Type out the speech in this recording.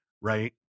right